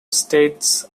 states